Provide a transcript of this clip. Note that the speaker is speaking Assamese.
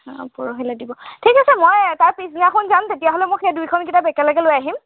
অ পৰহিলৈ দিব ঠিক আছে মই তাৰ পিছদিনাখন যাম তেতিয়াহ'লে সেই দুইখন কিতাপ একেলগে লৈ আহিম